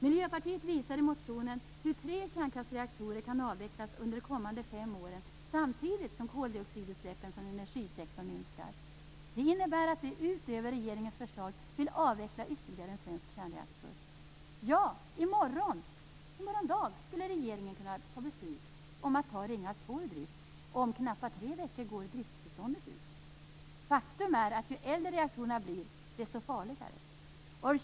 Miljöpartiet visar i motionen hur tre kärnkraftsreaktorer kan avvecklas under de kommande fem åren, samtidigt som koldioxidutsläppen från energisektorn minskar. Det innebär att vi utöver regeringens förslag vill avveckla ytterligare en svensk kärnreaktor. Ja, i morgon dag skulle regeringen kunna fatta beslut om att ta Ringhals 2 ur drift. Om knappa tre veckor går drifttillståndet ut. Faktum är att ju äldre reaktorerna blir, desto farligare blir de.